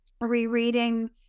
rereading